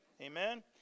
amen